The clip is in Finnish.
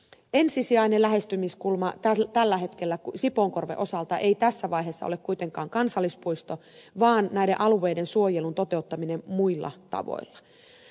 ensisijainen lähestymiskulma tällä hetkellä sipoonkorven osalta ei tässä vaiheessa ole kuitenkaan kansallispuisto vaan näiden alueiden suojelun toteuttaminen muilla tavoilla